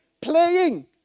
playing